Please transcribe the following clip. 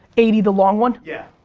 eighty the long one? yeah,